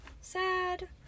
sad